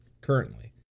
currently